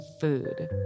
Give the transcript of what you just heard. food